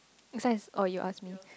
next one is oh you ask me